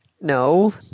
No